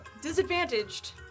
disadvantaged